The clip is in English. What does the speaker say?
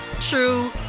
true